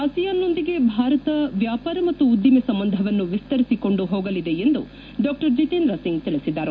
ಆಸಿಯಾನ್ದೊಂದಿಗೆ ಭಾರತ ವ್ಲಾಪಾರ ಮತ್ತು ಉದ್ದಿಮೆ ಸಂಬಂಧವನ್ನು ವಿಸ್ತರಿಸಿಕೊಂಡು ಹೋಗಲಿದೆ ಎಂದು ಡಾ ಜಿತೇಂದ್ರ ಸಿಂಗ್ ತಿಳಿಸಿದರು